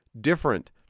different